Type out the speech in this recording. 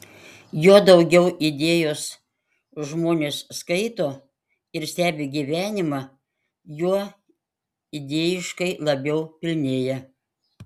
juo daugiau idėjos žmonės skaito ir stebi gyvenimą juo idėjiškai labiau pilnėja